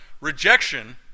rejection